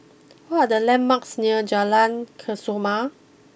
what are the landmarks near Jalan Kesoma